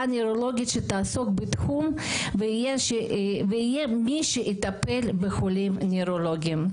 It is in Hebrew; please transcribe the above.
נוירולוגית שתעסוק בתחום ויהיה מי שיטפל בחולים נוירולוגים.